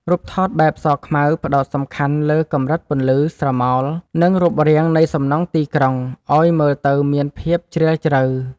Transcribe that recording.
រូបថតបែបសខ្មៅ ផ្ដោតសំខាន់លើកម្រិតពន្លឺ ស្រមោល និងរូបរាងនៃសំណង់ទីក្រុងឱ្យមើលទៅមានភាពជ្រាលជ្រៅ។